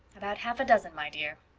about half a dozen, my dear.